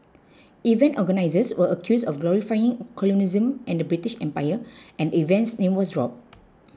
event organisers were accused of glorifying colonialism and the British Empire and the event's name was dropped